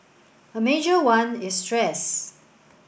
a major one is stress